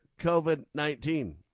COVID-19